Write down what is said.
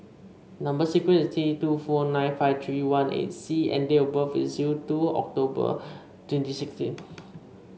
number sequence is T two four nine five three one eight C and date of birth is zero two October twenty sixteen